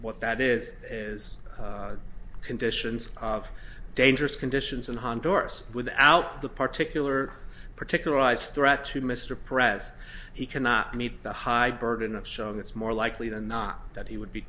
what that is is conditions of dangerous conditions in honduras without the particularly particularize threat to mr press he cannot meet the high burden of showing it's more likely than not that he would be